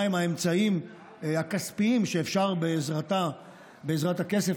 ומהם האמצעים הכספיים שאפשר בעזרת הכסף